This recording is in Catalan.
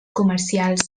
comercials